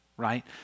right